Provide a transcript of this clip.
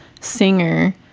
singer